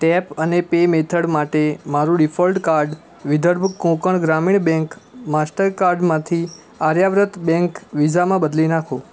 tap અને pay method માટે મારું default card Vidarbha Konkan Gramin bank master કાર્ડમાંથી આર્યાવ્રત બૅંક વીઝામાં બદલી નાખો